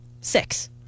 six